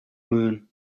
moon